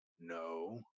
No